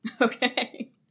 Okay